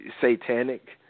satanic